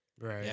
Right